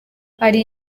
hari